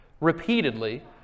repeatedly